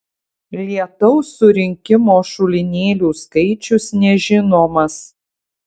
lietaus surinkimo šulinėlių skaičius nežinomas